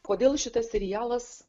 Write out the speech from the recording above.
kodėl šitas serialas